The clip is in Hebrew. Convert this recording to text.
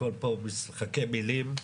הכול פה משחקי מילים.